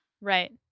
Right